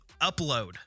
upload